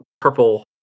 purple